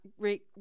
great